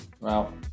Wow